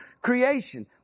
creation